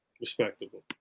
Respectable